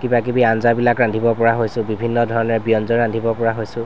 কিবা কিবি আঞ্জাবিলাক ৰান্ধিব পৰা হৈছো বিভিন্ন ধৰণে ব্যঞ্জন ৰান্ধিব পৰা হৈছো